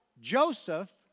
Joseph